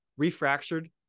refractured